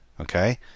Okay